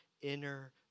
inner